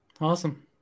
Awesome